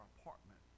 apartment